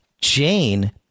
jane